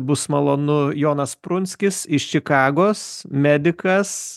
bus malonu jonas prunskis iš čikagos medikas